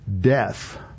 Death